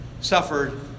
Suffered